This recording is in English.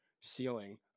ceiling